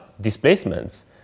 displacements